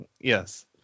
Yes